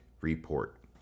Report